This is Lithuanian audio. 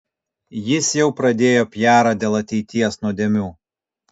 jis jau pradėjo pijarą dėl ateities nuodėmių